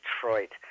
Detroit